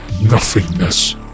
nothingness